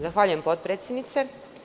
Zahvaljujem, potpredsednice.